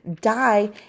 die